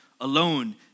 alone